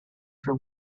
for